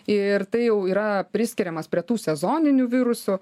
ir tai jau yra priskiriamas prie tų sezoninių virusų